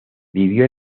vivió